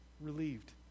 relieved